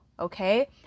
okay